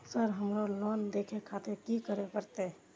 Sir हमरो loan देखें खातिर की करें परतें?